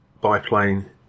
biplane